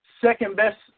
second-best